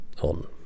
on